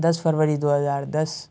دس فروری دو ہزار دس